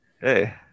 Hey